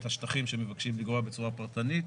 את השטחים שמבקשים לגרוע בצורה פרטנית,